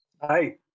Hi